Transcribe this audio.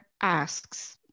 asks